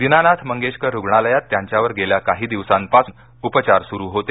दिनानाथ मंगेशकर रुग्णालयात त्यांच्यावर गेल्या काही दिवसांपासून उपचार सुरू होते